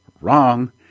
wrong